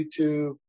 youtube